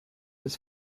des